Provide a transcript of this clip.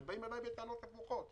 אבל באים אליי בטענות הפוכות: